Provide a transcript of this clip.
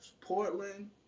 portland